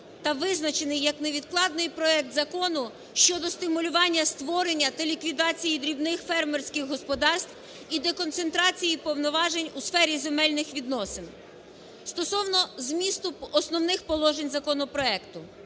та визначений як невідкладний проект Закону щодо стимулювання створення та ліквідації дрібних фермерських господарств і деконцентрації повноважень у сфері земельних відносин. Стосовно змісту основних положень законопроекту.